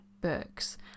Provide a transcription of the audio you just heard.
books